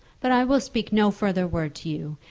but i will speak no further word to you.